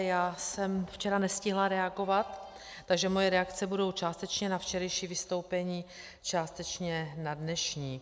Já jsem včera nestihla reagovat, takže moje reakce budou částečně na včerejší vystoupení, částečně na dnešní.